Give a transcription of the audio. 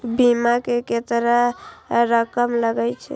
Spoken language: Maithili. बीमा में केतना रकम लगे छै?